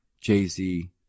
Jay-Z